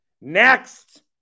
Next